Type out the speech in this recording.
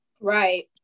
Right